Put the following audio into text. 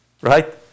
right